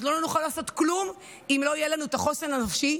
אנחנו לא נוכל לעשות כלום אם לא יהיה לנו את החוסן הנפשי.